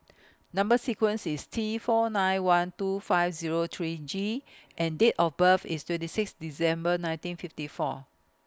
Number sequence IS T four nine one two five Zero three G and Date of birth IS twenty six December nineteen fifty four